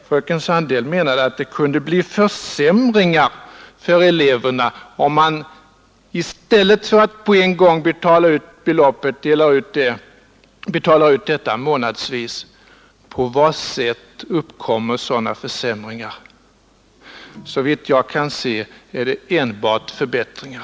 Fröken Sandell menade att det kunde bli försämringar för eleverna om man i stället för att på en gång betala ut beloppet betalar ut detta månadsvis. På vad sätt uppkommer sådana försämringar? Såvitt jag kan se blir det enbart förbättringar.